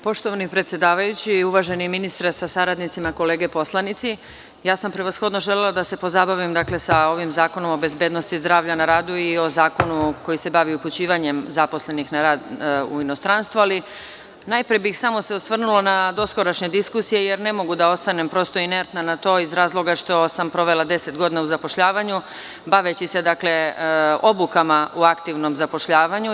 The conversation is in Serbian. Poštovani predsedavajući, uvaženi ministre sa saradnicima, kolege poslanici, ja sam prevshodno želela da se pozabavim sa ovim Zakonom o bezbednosti zdravlja na radu i Zakonom koji se bavi upućivanjem zaposlenih na rad u inostranstvo, ali najpre bih se samo osvrnula na doskorašnje diskusije, jer ne mogu da ostanem prosto inertna na to, iz razloga što sam provela deset godina u zapošljavanju, baveći se obukama u aktivnom zapošljavanju.